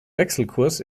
wechselkurs